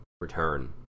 Return